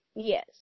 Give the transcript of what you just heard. Yes